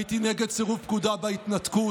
הייתי נגד סירוב פקודה בהתנתקות,